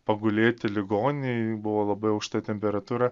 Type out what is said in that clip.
pagulėti ligoninėj buvo labai aukšta temperatūra